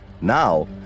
Now